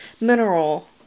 mineral